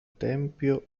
tempio